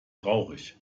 traurig